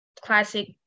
classic